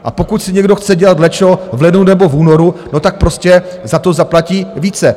A pokud si někdo chce dělat lečo v lednu nebo v únoru, tak prostě za to zaplatí více.